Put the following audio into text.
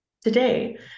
Today